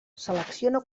selecciona